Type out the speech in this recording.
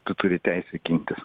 tu turi teisę gintis